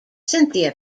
cynthia